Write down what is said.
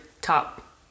top